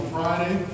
Friday